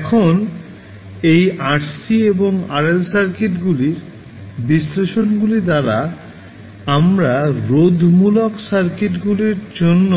এখন এই RC এবং RL সার্কিটগুলির বিশ্লেষণগুলি দ্বারা আমরা রোধমূলক সার্কিটগুলির জন্য